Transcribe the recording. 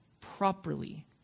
properly